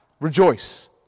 rejoice